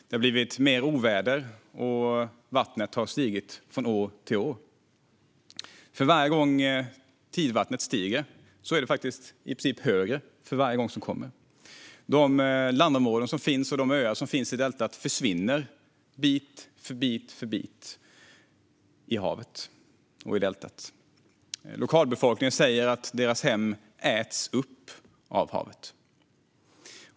Det har blivit mer oväder, och vattnet har stigit från år till år. Det blir i princip högre varje gång tidvattnet stiger. De landområden som finns där och de öar som finns i deltat försvinner bit för bit i havet och i deltat. Lokalbefolkningen säger att deras hem äts upp av havet.